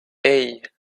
hey